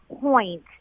point